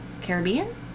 Caribbean